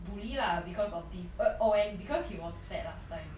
bully lah because of this uh oh and because he was fat last time